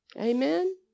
Amen